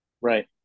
right